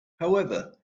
however